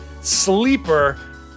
Sleeper